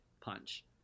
punch